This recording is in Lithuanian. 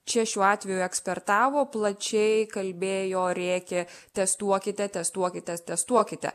čia šiuo atveju ekspertavo plačiai kalbėjo rėkė testuokite testuokite testuokite